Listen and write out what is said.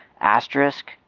asterisk